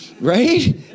Right